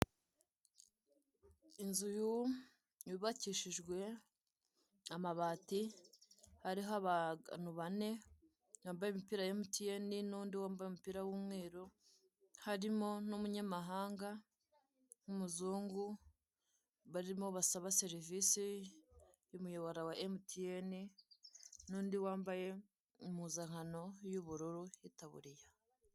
Inzu yubakishijwe amabati hariho abantu bane bambaye imipira ya emutiyeni n'undi wambaye umupira w'umweru, harimo n'umunyamahanga w'umuzungu barimo basaba serivise y'umuyoboro wa emutiyeni n'undi wambaye impuzankano y'ubururu y'itaburiya.